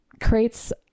creates